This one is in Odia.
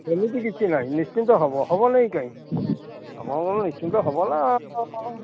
ସେମିତି କିଛି ନାହିଁ ନିଶ୍ଚିତ ହବ ହବ ନେଇ କାହିଁ ଆପଣଙ୍କର ନିଶ୍ଚିତ ହବ ନା ଆଉ